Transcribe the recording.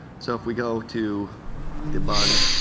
so if we go to to bug,